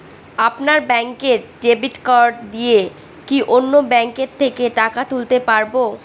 আপনার ব্যাংকের debit card দিয়ে কি অন্য ব্যাংকের থেকে টাকা তুলতে পারবো?